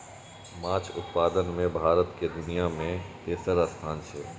माछ उत्पादन मे भारत के दुनिया मे तेसर स्थान छै